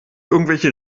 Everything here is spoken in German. irgendwelche